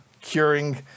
curing